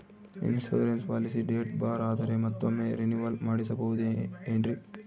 Insurance policy date bar ಆದರೆ ಮತ್ತೊಮ್ಮೆ renewal ಮಾಡಿಸಬಹುದೇ ಏನ್ರಿ?